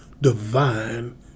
divine